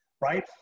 right